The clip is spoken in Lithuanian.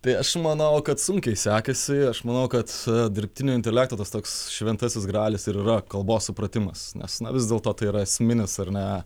tai aš manau kad sunkiai sekasi aš manau kad dirbtinio intelekto tas toks šventasis gralis ir yra kalbos supratimas nes vis dėlto tai yra esminis ar ne